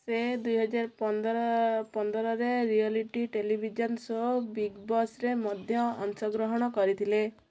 ସେ ଦୁଇହାଜର ପନ୍ଦର ପନ୍ଦରରେ ରିଆଲିଟି ଟେଲିଭିଜନ୍ ଶୋ ବିଗ୍ ବସ୍ରେ ମଧ୍ୟ ଅଂଶଗ୍ରହଣ କରିଥିଲେ